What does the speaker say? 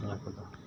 ᱱᱤᱭᱟᱹ ᱠᱚᱫᱚ